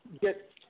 get